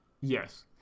Yes